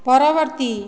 ପରବର୍ତ୍ତୀ